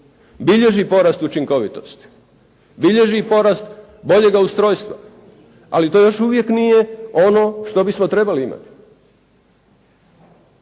bilježi porast učinkovitosti, bilježi i porast boljega ustrojstva. Ali to još uvijek nije ono što bismo trebali imati.